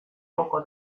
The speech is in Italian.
poco